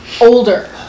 Older